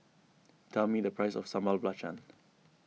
tell me the price of Sambal Belacan